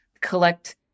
collect